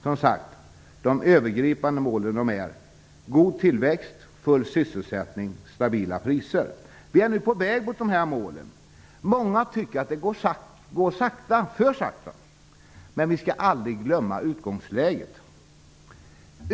Som sagt: De övergripande målen är god tillväxt, full sysselsättning och stabila priser. Vi är nu på väg mot de här målen. Många tycker att det går sakta, för sakta. Men vi skall aldrig glömma utgångsläget.